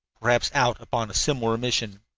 perhaps out upon a similar mission.